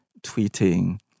tweeting